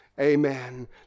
Amen